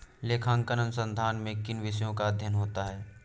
लेखांकन अनुसंधान में किन विषयों का अध्ययन होता है?